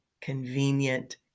convenient